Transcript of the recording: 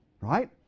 right